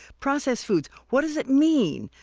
processed foods what does it mean?